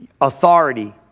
authority